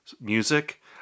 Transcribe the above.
music